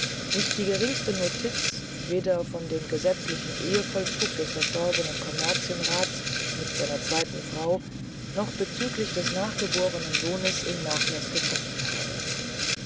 nicht die geringste notiz weder über den gesetzlichen ehevollzug des verstorbenen kommerzienrates mit seiner zweiten frau noch bezüglich des nachgeborenen sohnes im nachlaß gefunden habe